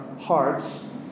hearts